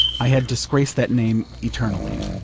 i had disgraced that name eternally.